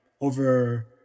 over